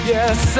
Yes